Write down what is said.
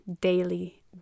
daily